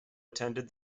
attended